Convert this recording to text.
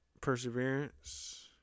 Perseverance